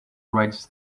rides